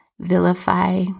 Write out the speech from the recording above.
vilify